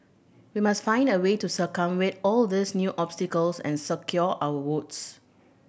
we must find a way to circumvent all these new obstacles and secure our votes